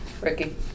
Ricky